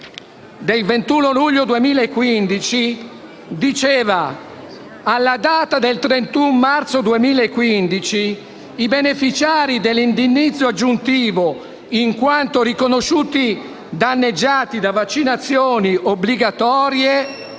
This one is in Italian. del 21 luglio 2015, ha affermato che alla data del 31 marzo 2015 i beneficiari dell'indennizzo aggiuntivo, in quanto riconosciuti danneggiati da vaccinazioni obbligatorie,